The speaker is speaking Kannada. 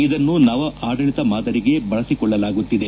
ಇದನ್ನು ನವ ಆಡಳಿತ ಮಾದರಿಗೆ ಬಳಸಿಕೊಳ್ಳಲಾಗುತ್ತಿದೆ